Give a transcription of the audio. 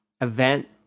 event